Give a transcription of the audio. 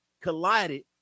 collided